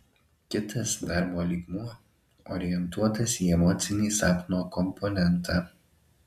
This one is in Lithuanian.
kitas darbo lygmuo orientuotas į emocinį sapno komponentą